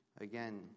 Again